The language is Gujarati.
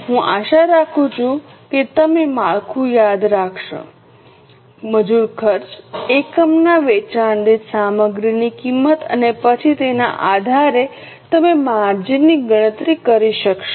હું આશા રાખું છું કે તમે માળખું યાદ રાખશો મજૂર ખર્ચ એકમના વેચાણ દીઠ સામગ્રીની કિંમત અને પછી તેના આધારે તમે માર્જિનની ગણતરી કરી શકશો